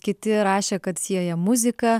kiti rašė kad sieja muzika